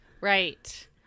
Right